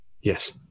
yes